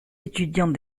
étudiant